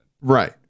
Right